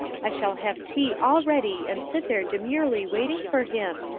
i shall have tea all ready and sit there demurely waiting for him,